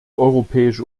europäische